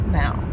now